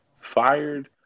fired